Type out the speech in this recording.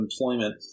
employment